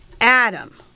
Adam